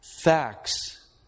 facts